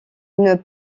une